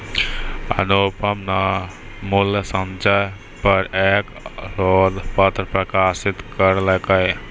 अनुपम न मूल्य संचय पर एक शोध पत्र प्रकाशित करलकय